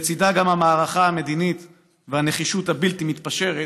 שלצידה גם המערכה המדינית והנחישות הבלתי-מתפשרת,